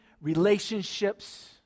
relationships